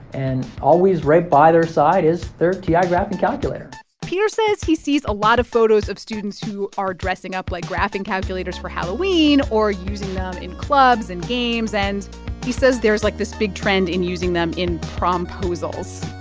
and always right by their side is their ti ah graphing calculator peter says he sees a lot of photos of students who are dressing up like graphing calculators for halloween or using them um in clubs and games. and he says there's, like, this big trend in using them in promposals.